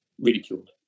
ridiculed